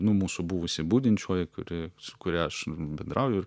nu mūsų buvusi budinčioji kuri su kuria aš bendrauju